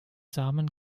samen